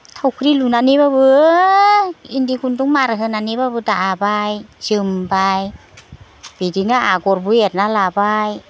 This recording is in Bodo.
थावख्रि लुनानैब्लाबो इन्दि खुन्दुं मारा होनानैब्लाबो दाबाय जोमबाय बिदिनो आगरबो एरना लाबाय